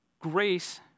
Grace